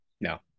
No